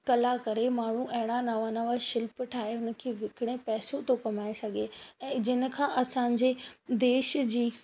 कला करे माण्हू अहिड़ा नवां नवां शिल्प ठाहे हुनखे विकिणे पैसो थो कमाए सघे ऐं जिनि खां असांजे देश जी